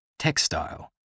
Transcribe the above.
Textile